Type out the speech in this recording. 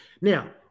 now